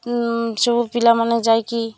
ସବୁ ପିଲାମାନେ ଯାଇକି